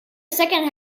second